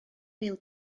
wil